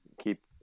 keep